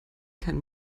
keinen